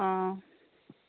অঁ